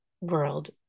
world